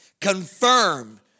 confirm